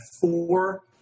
four